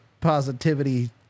positivity